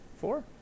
Four